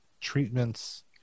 treatments